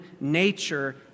nature